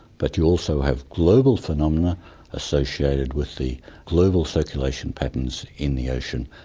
but you also have global phenomena associated with the global circulation patterns in the ocean,